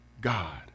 God